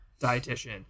dietitian